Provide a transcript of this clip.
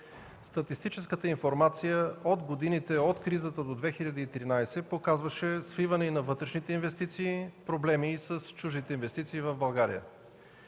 Статистическата информация от годините – от кризата до 2013 г., показваше свиване на вътрешните инвестиции, проблеми с чуждите инвестиции в България.